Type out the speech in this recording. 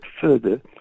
further